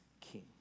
king